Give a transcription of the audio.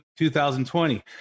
2020